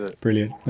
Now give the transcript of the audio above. Brilliant